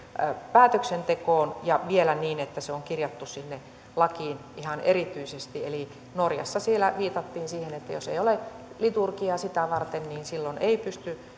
päätöksentekoon ja vielä niin että se on kirjattu sinne lakiin ihan erityisesti eli norjassa viitattiin siihen että jos ei ole liturgiaa sitä varten niin silloin ei pysty